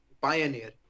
pioneer